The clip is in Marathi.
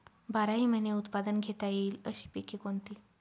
बाराही महिने उत्पादन घेता येईल अशी पिके कोणती?